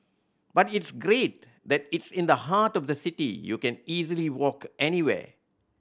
but it's great that it's in the heart of the city you can easily walk anywhere